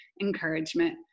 encouragement